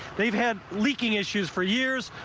they've had leaking issues for years.